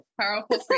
Powerful